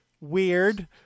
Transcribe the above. weird